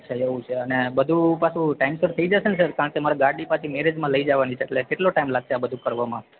અચ્છા એવું છે આ બધું ટાઈમ પર થઈ જશેને સર કારણકે મારે ગાડી પછી મેરેજમાં લઈ જવાની છે એટલે કેટલો ટાઈમ લાગસે આ બધું કરવામાં